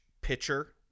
pitcher